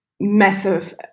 massive